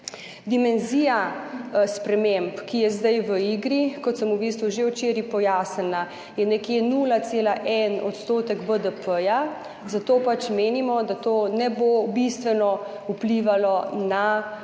Dimenzija sprememb, ki so zdaj v igri, kot sem v bistvu že včeraj pojasnila, je nekje 0,1 % BDP, zato menimo, da to ne bo bistveno vplivalo na